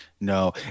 No